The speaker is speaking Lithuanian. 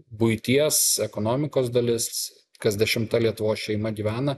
buities ekonomikos dalis kas dešimta lietuvos šeima gyvena